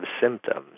symptoms